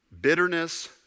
bitterness